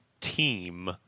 team